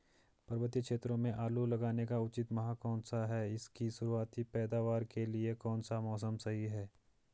पर्वतीय क्षेत्रों में आलू लगाने का उचित माह कौन सा है इसकी शुरुआती पैदावार के लिए कौन सा मौसम सही है?